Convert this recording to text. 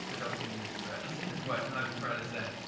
so don't give me your script, is what i'm trying to say.